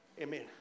Amen